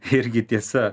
irgi tiesa